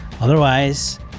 Otherwise